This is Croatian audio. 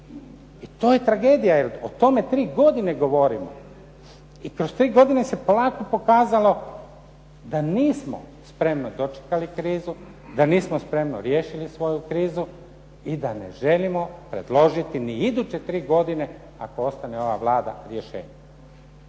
i to je tragedija, jer o tome tri godine govorimo i kroz tri godine se polako pokazalo da nismo spremno dočekali krizu, da nismo spremno riješili svoju krizu i da ne želimo predložiti ni iduće tri godine, ako ostane ova Vlada, rješenje.